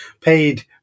paid